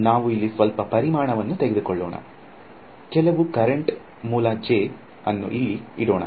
ನಾವು ಇಲ್ಲಿ ಸ್ವಲ್ಪ ಪರಿಮಾಣವನ್ನು ತೆಗೆದುಕೊಳ್ಳೋಣ ಕೆಲವು ಕರೆಂಟ್ ಮೂಲ J ಅನ್ನು ಇಲ್ಲಿ ಇಡೋಣ